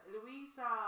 Louisa